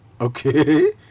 Okay